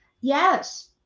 Yes